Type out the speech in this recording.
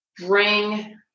bring